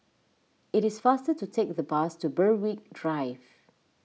it is faster to take the bus to Berwick Drive